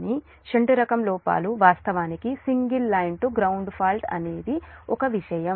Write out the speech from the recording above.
కానీ షంట్ రకం లోపాలు వాస్తవానికి single line to ground fault అనేది ఒక విషయం